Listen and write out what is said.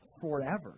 forever